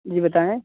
जी बताएं